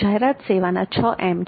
જાહેરાત સેવાના 6 M છે